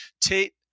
Tate